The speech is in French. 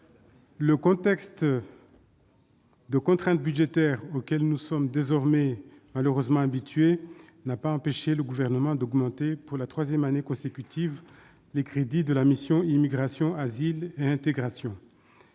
le contexte de contrainte budgétaire, auquel nous sommes désormais malheureusement habitués, n'a pas empêché le Gouvernement d'augmenter, pour la troisième année consécutive, les crédits de la mission « Immigration, asile et intégration